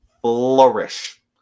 flourish